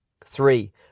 Three